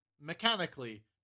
mechanically